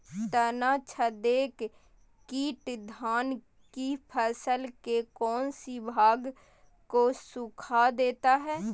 तनाछदेक किट धान की फसल के कौन सी भाग को सुखा देता है?